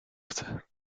chcę